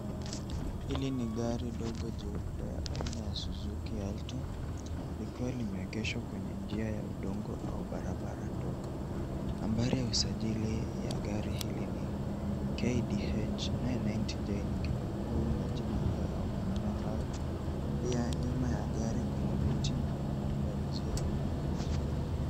Hili ni gari dogo jeupe aina ya Suzuki Alto likiwa limeegeshwa kwenye njia ya udongo au barabara ndogo. Nambari ya usajili ya gari hili ni KDH 990J nikinukuu majina hayo au maneno hayo. Pia nyuma ya gari kuna miti na labda uzio au jengo.